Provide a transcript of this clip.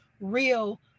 Real